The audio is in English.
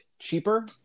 cheaper